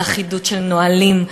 על אחידות של נהלים,